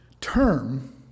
term